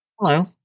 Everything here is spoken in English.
Hello